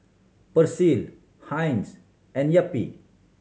Persil Heinz and Yupi